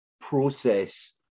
process